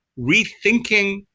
rethinking